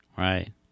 Right